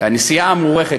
הנשיא המוערך,